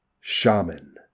Shaman